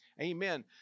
Amen